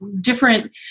different